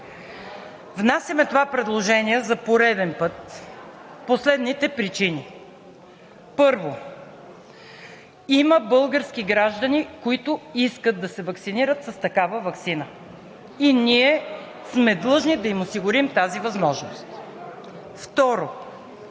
Внасяме това предложение за пореден път по следните причини. Първо, има български граждани, които искат да се ваксинират с такава ваксина, и ние сме длъжни да им осигурим тази възможност. (Шум